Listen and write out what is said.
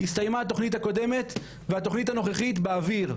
הסתיימה התכנית הקודמת והתכנית הנוכחית באוויר.